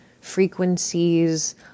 frequencies